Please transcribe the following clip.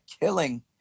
killing